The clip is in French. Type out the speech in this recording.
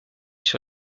sur